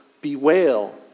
bewail